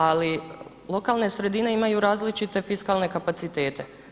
Ali lokalne sredine imaju različite fiskalne kapacitete.